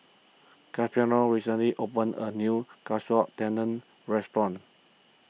Casimiro recently opened a new Katsu Tendon restaurant